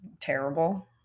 terrible